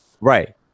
right